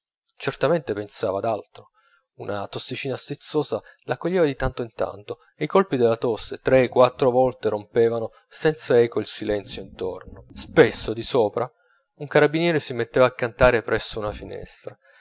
certamente pensava ad altro una tossicina stizzosa la coglieva di tanto in tanto e i colpi della tosse tre quattro volte rompevano senza eco il silenzio intorno spesso di sopra un carabiniere si metteva a cantare presso una finestra